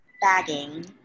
bagging